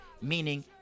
Meaning